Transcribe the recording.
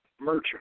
merchant